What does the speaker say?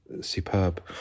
superb